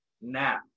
Now